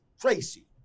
crazy